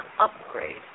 upgrade